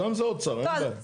גם זה אוצר, אין בעיה.